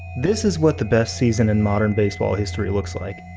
this is what the best season in modern baseball history looks like.